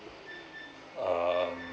um